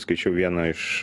skaičiau vieną iš